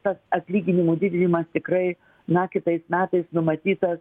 tas atlyginimų didinimas tikrai na kitais metais numatytas